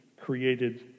created